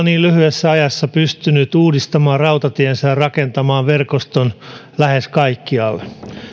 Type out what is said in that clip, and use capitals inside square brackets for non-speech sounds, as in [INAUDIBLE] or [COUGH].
[UNINTELLIGIBLE] niin lyhyessä ajassa pystynyt uudistamaan rautatiensä ja rakentamaan verkoston lähes kaikkialle